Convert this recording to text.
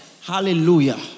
Hallelujah